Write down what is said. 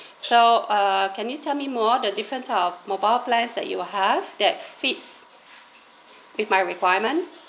so uh can you tell me more the different type of mobile plans that you're have that fits with my requirement